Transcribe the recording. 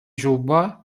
ҫулпа